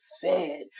fed